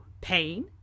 pain